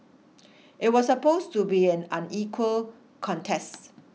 it was supposed to be an unequal contest